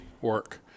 work